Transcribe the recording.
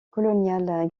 colonial